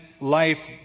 life